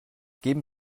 geben